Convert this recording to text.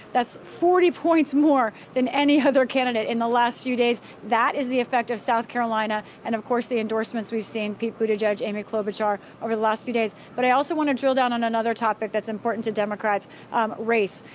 that's forty points more than any other candidate in the last few days. that is the effect of south carolina and, of course, the endorsements we have seen pete buttigieg, amy klobuchar over the last few days. but i also want to drill down on another topic that's important to democrats race.